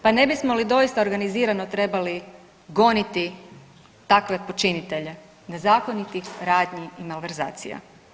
Pa ne bismo li doista organizirano trebali goniti takve počinitelje nezakonitih radnji i malverzacija.